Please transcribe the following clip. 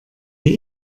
die